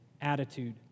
attitude